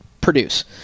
produce